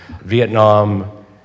Vietnam